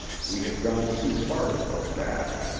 we had gone too far to go back,